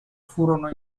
furono